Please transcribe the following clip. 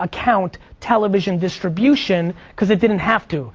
account television distribution cause it didn't have to.